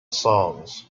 songs